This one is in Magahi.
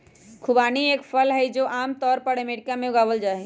खुबानी एक फल हई, जो आम तौर पर अमेरिका में उगावल जाहई